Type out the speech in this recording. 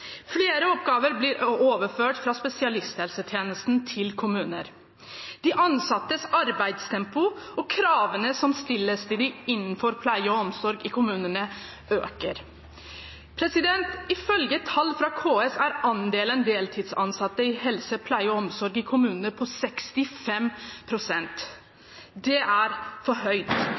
Flere oppgaver blir overført fra spesialisthelsetjenesten til kommunene. De ansattes arbeidstempo og kravene som stilles til dem innenfor pleie og omsorg i kommunene, øker. Ifølge tall fra KS er andelen deltidsansatte innen helse, pleie og omsorg i kommunene på 65 pst. Det er for høyt.